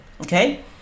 Okay